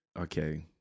Okay